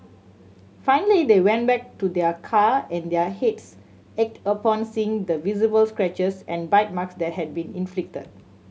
finally they went back to their car and their hits ached upon seeing the visible scratches and bite marks that had been inflicted